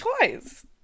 Toys